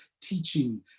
teaching